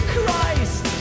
Christ